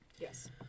Yes